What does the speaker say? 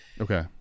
Okay